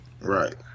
Right